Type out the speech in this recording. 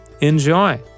Enjoy